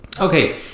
Okay